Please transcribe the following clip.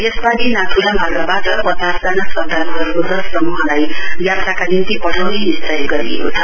यसपालि नाथ्ला मार्गबाट पचासजना श्रध्दाल्हरूको दश समूहलाई यात्राका निम्ति पठाउने निश्चय गरिएको छ